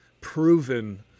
proven